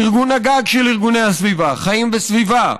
ארגון הגג של ארגוני הסביבה, חיים וסביבה,